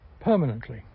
permanently